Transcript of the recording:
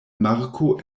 marko